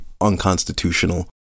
unconstitutional